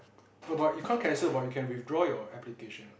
err but you can't cancel but you can withdraw your application